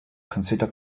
consider